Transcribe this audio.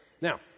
Now